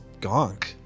Gonk